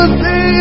see